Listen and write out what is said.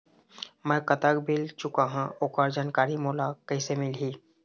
मैं कतक बिल चुकाहां ओकर जानकारी मोला कइसे मिलही?